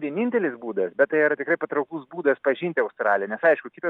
vienintelis būdas bet tai yra tikrai patrauklus būdas pažinti australiją nes aišku kitas